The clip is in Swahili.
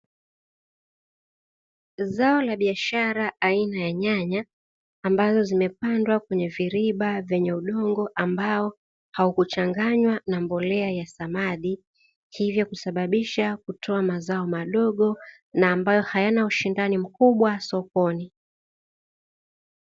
Zao la biashara aina ya nyanya ambazo zimepandwa kwenye viriba vyenye udongo, ambao haukuchanganywa na mbolea ya samadi hivyo kusababisha kutoa mazao madogo na ambayo hayana ushindani mkubwa sokoni.